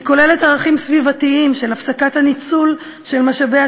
היא כוללת ערכים סביבתיים של הפסקת הניצול של משאבי